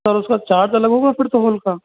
sir उसका charge अलग होगा तो होल का